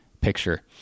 picture